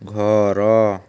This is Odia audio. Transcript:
ଘର